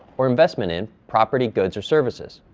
or investment in, property, goods, or services.